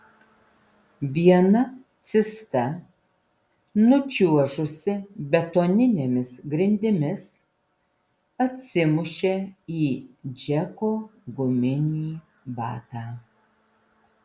viena cista nučiuožusi betoninėmis grindimis atsimušė į džeko guminį batą